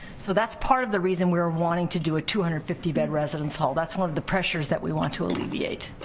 so that's part of the reason we're wanting to do a two hundred and fifty bed residence hall. that's one of the pressures that we want to alleviate.